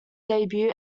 debut